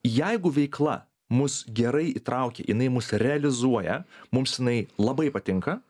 jeigu veikla mus gerai įtraukia jinai mus realizuoja mums jinai labai patinka